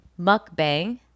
Mukbang